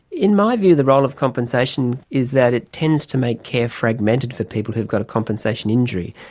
in my view the role of compensation is that it tends to make care fragmented for people who've got a compensation injury,